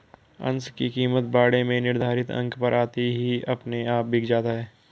अंश की कीमत बाड़े में निर्धारित अंक पर आते ही अपने आप बिक जाता है